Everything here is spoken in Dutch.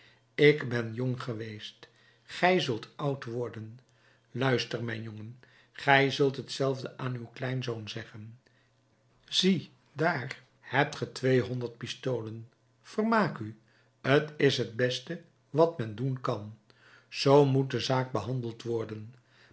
ik ben jong geweest gij zult oud worden luister mijn jongen gij zult hetzelfde aan uw kleinzoon zeggen ziedaar hebt ge tweehonderd pistolen vermaak u t is het beste wat men doen kan zoo moet de zaak behandeld worden